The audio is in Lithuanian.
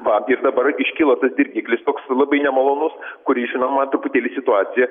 va ir dabar iškilo tas dirgiklis toks labai nemalonus kuris žinoma truputėlį situaciją